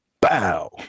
Bow